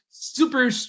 Super